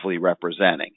representing